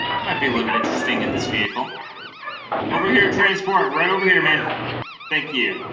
it might be a little interesting in this vehicle over here transport right over here man thank you